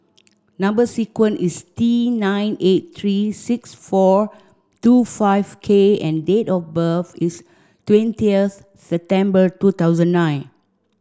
number sequence is T nine eight three six four two five K and date of birth is twentieth September two thousand nine